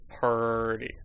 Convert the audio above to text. party